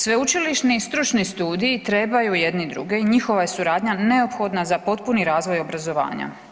Sveučilišni i stručni studiji trebaju jedni druge i njihova je suradnja neophodna za potpuni razvoj obrazovanja.